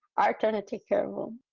our turn to take care of them,